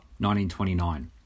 1929